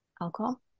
Alcohol